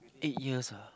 eights years ah